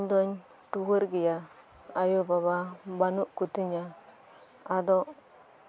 ᱤᱧ ᱫᱩᱧ ᱴᱩᱣᱟᱹᱨ ᱜᱮᱭᱟ ᱟᱭᱳ ᱵᱟᱵᱟ ᱵᱟᱹᱱᱩᱜ ᱠᱚᱛᱤᱧᱟ ᱟᱫᱚ